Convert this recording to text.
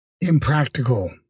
impractical